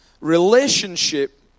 relationship